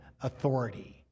authority